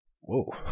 Whoa